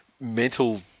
mental